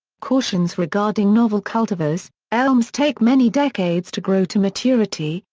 cautions regarding novel cultivars elms take many decades to grow to maturity,